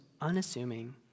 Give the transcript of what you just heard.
unassuming